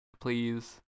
please